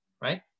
right